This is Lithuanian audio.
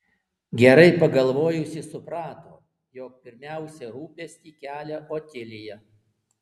gerai pagalvojusi suprato jog pirmiausia rūpestį kelia otilija